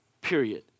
period